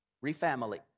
Re-family